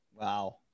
Wow